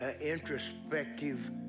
introspective